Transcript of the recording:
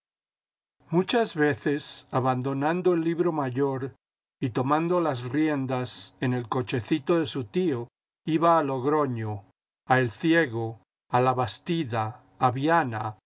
muchas veces abandonando el libro mayor y tomando las riendas en el cochecito de su tío iba a logroño a el ciego a la bastida a viana